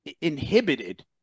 inhibited